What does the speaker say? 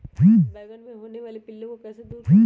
बैंगन मे होने वाले पिल्लू को कैसे दूर करें?